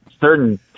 certain